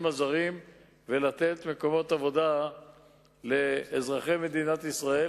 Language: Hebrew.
הזרים ולתת מקומות עבודה לאזרחי מדינת ישראל.